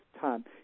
time